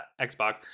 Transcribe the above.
xbox